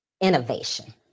innovation